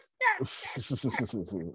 yes